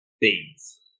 beans